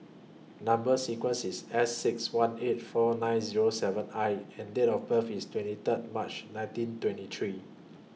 Number sequence IS S six one eight four nine Zero seven I and Date of birth IS twenty Third March nineteen twenty three